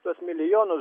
tuos milijonus